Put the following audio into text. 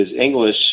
English